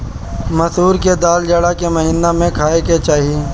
मसूर के दाल जाड़ा के महिना में खाए के चाही